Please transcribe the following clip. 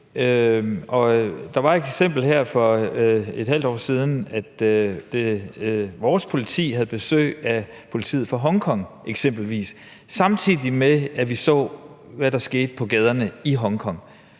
Der var et eksempel her for et halvt år siden, hvor vores politi havde besøg af politiet fra Hongkong, samtidig med at vi så, hvad der skete på gaderne i Hongkong.